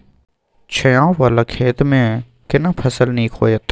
छै ॉंव वाला खेत में केना फसल नीक होयत?